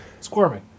Squirming